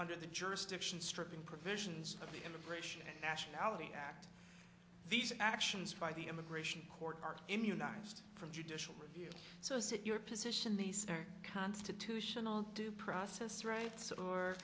under the jurisdiction stripping provisions of the immigration and nationality act these actions by the immigration court are immunized from judicial review so is it your position these are constitutional due process rights or